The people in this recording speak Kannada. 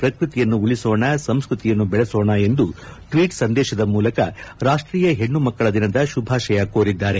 ಪ್ರಕೃತಿಯನ್ನು ಉಳಿಸೋಣ ಸಂಸ್ಕತಿಯನ್ನು ಬೆಳೆಸೋಣ ಎಂದು ಟ್ವೀಟ್ ಸಂದೇಶದ ಮೂಲಕ ರಾಷ್ಟೀಯ ಹೆಣ್ಣು ಮಕ್ಕಳ ದಿನದ ಶುಭಾಶಯ ಕೋರಿದ್ದಾರೆ